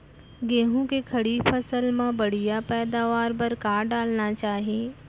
गेहूँ के खड़ी फसल मा बढ़िया पैदावार बर का डालना चाही?